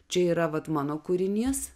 čia yra vat mano kūrinys